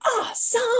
awesome